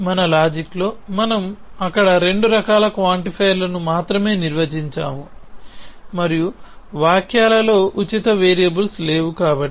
కాబట్టి మన లాజిక్లో మనం అక్కడ రెండు రకాల క్వాంటిఫైయర్లను మాత్రమే నిర్వచించాము మరియు వాక్యాలలో ఉచిత వేరియబుల్స్ లేవు